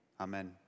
Amen